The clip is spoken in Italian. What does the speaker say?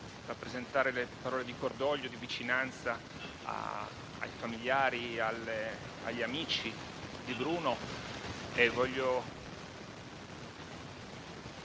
rappresentare parole di cordoglio e di vicinanza ai familiari e agli amici di Bruno. E voglio